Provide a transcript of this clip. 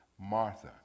Martha